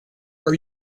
are